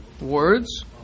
words